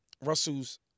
Russell's